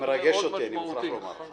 אתה מרגש אותי, אני מוכרח לומר.